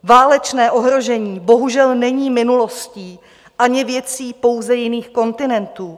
Válečné ohrožení bohužel není minulostí ani věcí pouze jiných kontinentů.